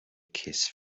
kiss